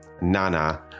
Nana